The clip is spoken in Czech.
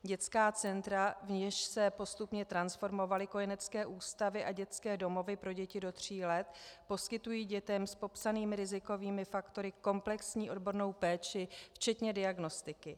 Dětská centra, v něž se postupně transformovaly kojenecké ústavy a dětské domovy pro děti do tří let, poskytují dětem s popsanými rizikovými faktory komplexní odbornou péči včetně diagnostiky.